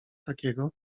takiego